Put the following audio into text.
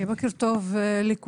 בוקר טוב לכולם.